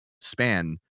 span